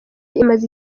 imaze